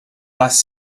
last